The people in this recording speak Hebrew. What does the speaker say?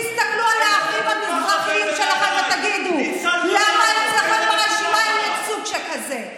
תסתכלו על האחים המזרחים שלכם ותגידו למה אצלכם ברשימה אין ייצוג שכזה.